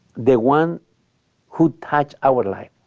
the ones who touch our like